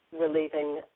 Relieving